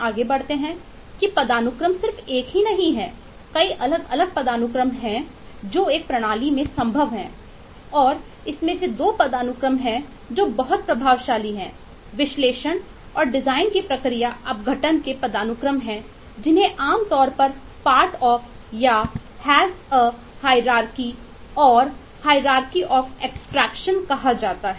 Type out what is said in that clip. आइए एक नजर डालते हैं